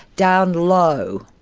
down low.